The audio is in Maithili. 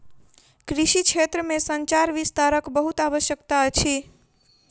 कृषि क्षेत्र में संचार विस्तारक बहुत आवश्यकता अछि